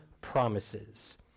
promises